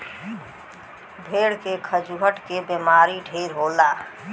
भेड़ के खजुहट के बेमारी ढेर होला